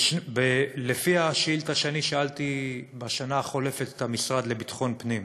לפי השאילתה שאני שאלתי בשנה החולפת את המשרד לביטחון פנים,